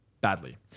badly